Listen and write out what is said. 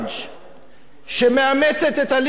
מאמצת את הליגה לכדורסל,